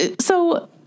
So-